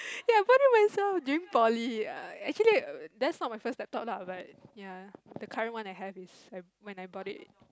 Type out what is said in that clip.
ya I bought it myself during poly err actually that's not my first laptop lah but ya the current one I have is I when I bought it